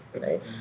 Right